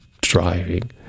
driving